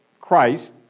Christ